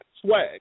Swag